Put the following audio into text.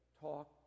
talk